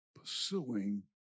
pursuing